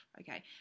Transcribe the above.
okay